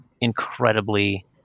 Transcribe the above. incredibly